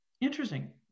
Interesting